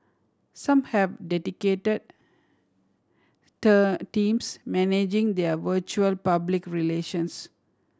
some have dedicated term teams managing their virtual public relations